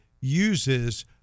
uses